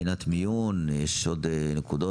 ויש עוד נקודות